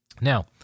Now